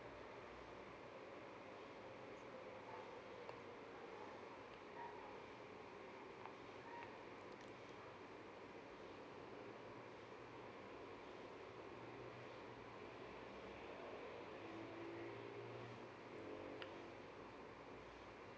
w